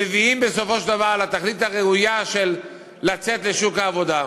מביאות בסופו של דבר לתכלית הראויה של לצאת לשוק העבודה.